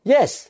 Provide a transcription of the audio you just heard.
Yes